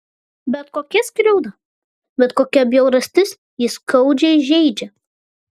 bet kokia skriauda bet kokia bjaurastis jį skaudžiai žeidžia